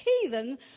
heathen